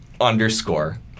underscore